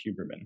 Huberman